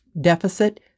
deficit